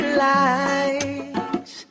lights